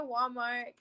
Walmart